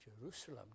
Jerusalem